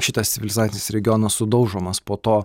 šitas civilizacinis regionas sudaužomas po to